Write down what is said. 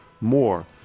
more